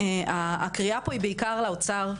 הקריאה פה היא בעיקר לאוצר,